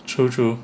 true true